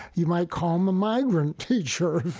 you might call him the migrant teacher